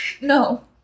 No